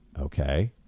Okay